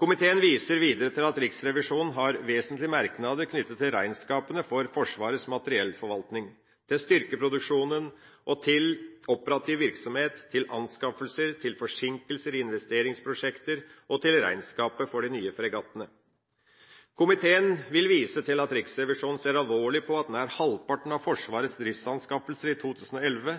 Komiteen viser videre til at Riksrevisjonen har vesentlige merknader knyttet til regnskapene for Forsvarets materiellforvaltning, til styrkeproduksjon og operativ virksomhet, til anskaffelser, til forsinkelser i investeringsprosjekter og til regnskapet for de nye fregattene. Komiteen vil vise til at Riksrevisjonen ser alvorlig på at nær halvparten av Forsvarets driftsanskaffelser i 2011,